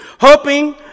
hoping